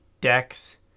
decks